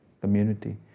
community